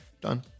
Done